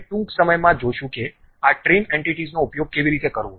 આપણે ટૂંક સમયમાં જોશું કે આ ટ્રીમ એન્ટિટીઝનો ઉપયોગ કેવી રીતે કરવો